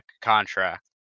contract